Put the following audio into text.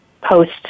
post